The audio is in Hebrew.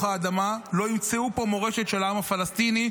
האדמה לא ימצאו פה מורשת של העם הפלסטיני,